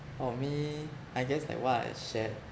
for me I guess like what I've shared